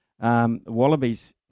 Wallabies